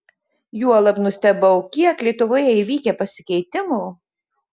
juolab nustebau kiek lietuvoje įvykę pasikeitimų